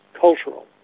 cultural